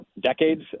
decades